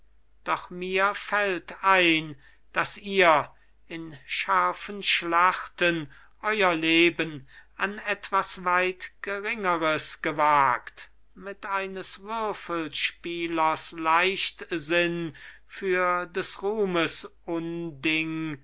doch mir fällt ein daß ihr in scharfen schlachten euer leben an etwas weit geringeres gewagt mit eines würfelspielers leichtsinn für des ruhmes unding